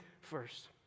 first